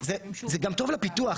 זה גם טוב לפיתוח,